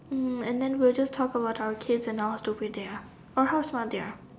um and then we will just talk about our kids and how stupid they are or how smart they are